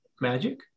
magic